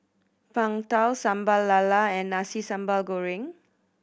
Png Tao Sambal Lala and Nasi Sambal Goreng